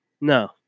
No